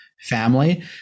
family